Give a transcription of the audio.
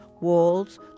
walls